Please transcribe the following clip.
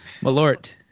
Malort